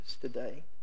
today